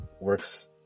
works